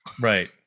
Right